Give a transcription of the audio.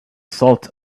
salt